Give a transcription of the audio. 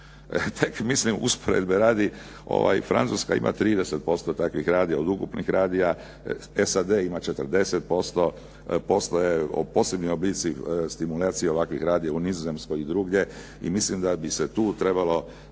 Tek mislim usporedbe radi Francuska ima 30% takvih radija od ukupnih radija. SAD ima 40% postoje posebni oblici stimulacije ovakvih radija u Nizozemskoj i drugdje. I mislim da bi se tu trebalo